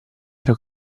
ero